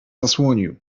zasłonił